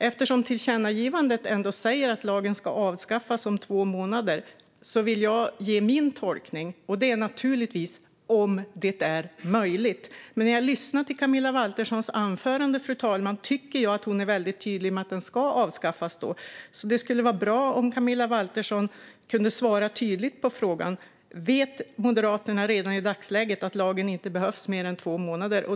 Eftersom tillkännagivandet ändå säger att lagen ska avskaffas om två månader vill jag ge min tolkning, och den är naturligtvis: om det är möjligt. När jag lyssnar till Camilla Walterssons anförande, fru talman, tycker jag dock att hon är väldigt tydlig med att den ska avskaffas då. Det skulle vara bra om Camilla Waltersson kunde svara tydligt på frågan: Vet Moderaterna redan i dagsläget att lagen inte behövs i mer än två månader?